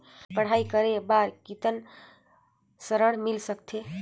पढ़ाई करे बार कितन ऋण मिल सकथे?